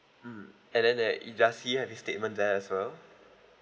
mm and then there does he has his statement there as well